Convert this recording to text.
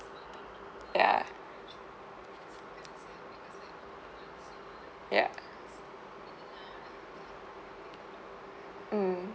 ya ya mm